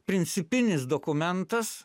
principinis dokumentas